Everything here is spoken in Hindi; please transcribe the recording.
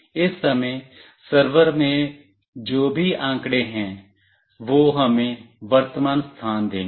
इस समय सर्वर में जो भी आंकड़े है वह हमें वर्तमान स्थान देंगे